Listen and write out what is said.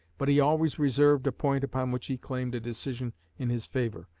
but he always reserved a point upon which he claimed a decision in his favor,